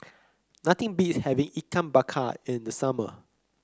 nothing beats having Ikan Bakar in the summer